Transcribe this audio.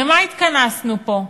למה התכנסנו פה?